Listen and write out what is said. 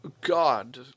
God